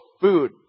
food